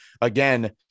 again